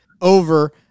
over